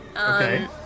Okay